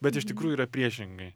bet iš tikrųjų yra priešingai